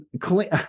clean